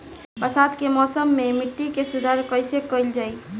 बरसात के मौसम में मिट्टी के सुधार कईसे कईल जाई?